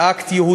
זה אקט יהודי,